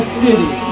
city